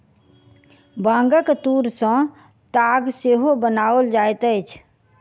बांगक तूर सॅ ताग सेहो बनाओल जाइत अछि